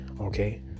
Okay